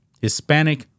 Hispanic